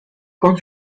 con